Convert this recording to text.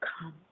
come